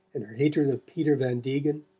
and her hatred of peter van degen,